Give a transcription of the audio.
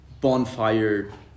bonfire